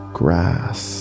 grass